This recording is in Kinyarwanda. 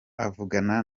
avugana